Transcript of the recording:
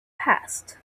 passed